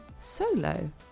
solo